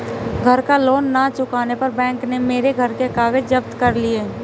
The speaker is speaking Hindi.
घर का लोन ना चुकाने पर बैंक ने मेरे घर के कागज जप्त कर लिए